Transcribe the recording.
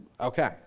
okay